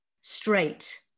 straight